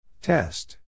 Test